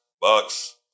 bucks